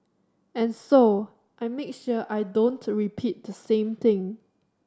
and so I make sure I don't repeat the same thing